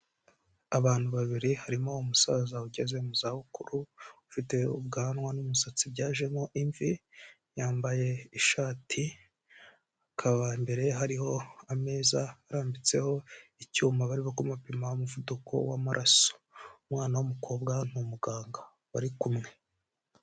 Abantu babiri harimo umusaza ugeze mu zabukuru ufite ubwanwa n'umusatsi byajemo imvi, yambaye ishati akaba imbere ye hariho ameza arambitseho icyuma barimo kumupima umuvuduko w'amaraso, umwana w'umukobwa ni muganga bari kumwe.